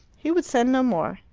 he would send no more.